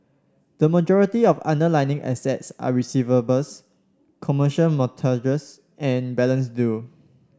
the majority of the underlying assets are receivables commercial mortgages and balances due